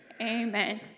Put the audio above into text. Amen